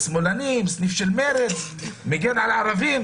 "שמאלנים, סניף של מרצ, מגן על ערבים".